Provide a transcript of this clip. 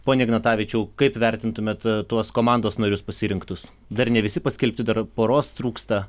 pone ignatavičiau kaip vertintumėt tuos komandos narius pasirinktus dar ne visi paskelbti dar poros trūksta